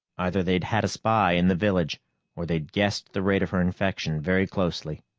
either they'd had a spy in the village or they'd guessed the rate of her infection very closely.